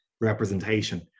representation